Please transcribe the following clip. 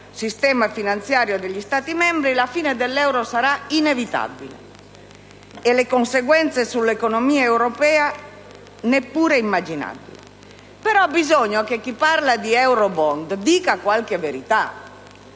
sistema finanziario degli Stati membri, la fine dell'euro sarà inevitabile e le conseguenze sull'economia europea neppure immaginabili. Tuttavia, bisogna che chi parla di *eurobond* dica qualche verità